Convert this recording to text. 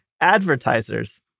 advertisers